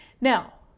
now